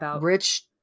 rich